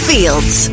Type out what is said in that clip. Fields